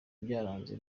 byaranze